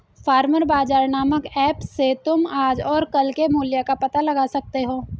farmer Bazaar नामक app से तुम आज और कल के मूल्य का पता लगा सकते हो